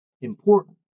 important